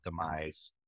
optimize